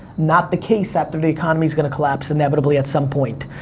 not the case after the economy's gonna collapse inevitably at some point.